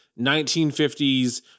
1950s